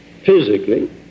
Physically